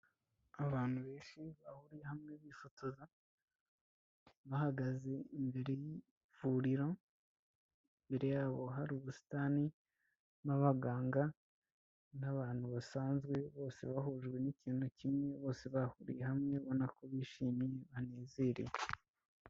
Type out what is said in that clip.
Abantu benshi bahuriye hamwe bifotoza, bahagaze imbere y'ivuriro, imbere yabo hari ubusitani n'abaganga, n'abantu basanzwe bose bahujwe n'ikintu kimwe, bose bahuriye hamwe ubona ko bishimye banezerewe.